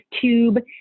tube